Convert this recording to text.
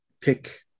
pick